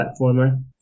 platformer